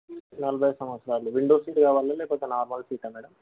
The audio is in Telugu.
నలభై సంవత్సరాలు విండో సీట్ కావాలా లేకపోతే నార్మల్ సీటా మేడమ్